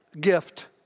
gift